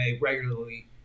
regularly